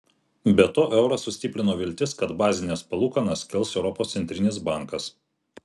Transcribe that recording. be to eurą sustiprino viltis kad bazines palūkanas kels europos centrinis bankas